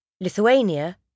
Lithuania